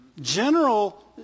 General